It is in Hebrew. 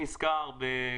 נכון?